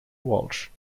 walsh